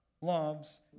Loves